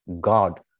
God